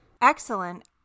Excellent